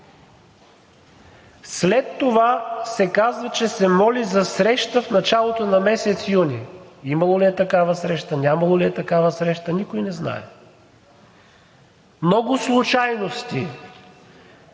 След това се казва, че се моли за среща в началото на месец юни. Имало ли е такава среща, нямало ли е такава среща, никой не знае? Много случайности.